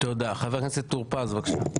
תודה, חבר הכנסת טור פז בבקשה.